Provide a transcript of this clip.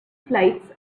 flights